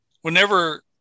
whenever –